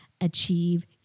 achieve